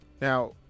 now